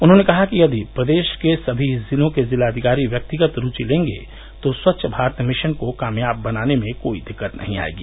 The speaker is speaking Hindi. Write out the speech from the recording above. उन्होंने कहा कि यदि प्रदेश के सभी जिलों के जिलाधिकारी व्यक्तिगत रूवि लेंगे तो स्वच्छ भारत मिशन को कामयाब बनाने में कोई दिक्कत नही आयेगी